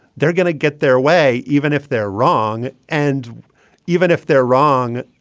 they're going to get their way even if they're wrong. and even if they're wrong,